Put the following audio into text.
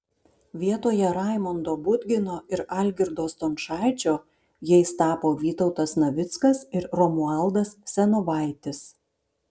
vietoje raimondo budgino ir algirdo stončaičio jais tapo vytautas navickas ir romualdas senovaitis